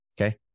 Okay